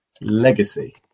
Legacy